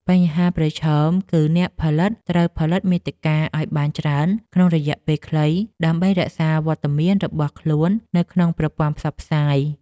បញ្ហាប្រឈមគឺអ្នកផលិតត្រូវផលិតមាតិកាឱ្យបានច្រើនក្នុងរយៈពេលខ្លី ដើម្បីរក្សាវត្តមានរបស់ខ្លួននៅក្នុងប្រព័ន្ធផ្សព្វផ្សាយ។